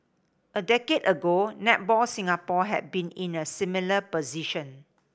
a decade ago Netball Singapore had been in a similar position